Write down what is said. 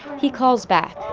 he calls back